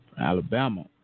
Alabama